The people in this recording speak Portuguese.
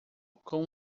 com